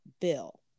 bill